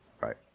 Right